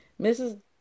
mrs